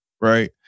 right